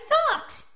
Talks